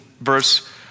verse